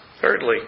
Thirdly